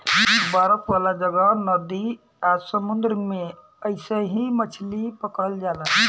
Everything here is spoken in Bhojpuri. बरफ वाला जगह, नदी आ समुंद्र में अइसही मछली पकड़ल जाला